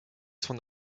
son